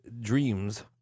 dreams